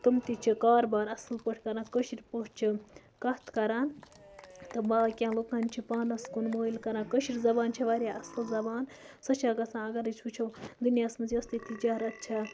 تٕم تہِ چھِ کاربار اَصٕل پٲٹھۍ کَران کٲشِر پٲٹھۍ چھِ کَتھ کَران تہٕ باقِین لُکَن چھِ پانَس کُن مٲلۍ کَران کٲشِر زَبان چھےٚ واریاہ اَصٕل زَبان سَہ چھےٚ گَژھان اَگر أسۍ وٕچھو دُنیاہَس مَنٛز یۄس تہِ تِجارت چھےٚ